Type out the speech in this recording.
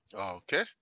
okay